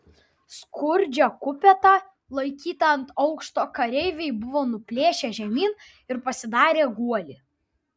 skurdžią kupetą laikytą ant aukšto kareiviai buvo nuplėšę žemyn ir pasidarę guolį